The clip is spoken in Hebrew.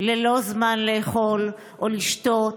ללא זמן לאכול או לשתות,